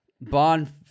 Bond